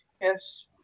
Yes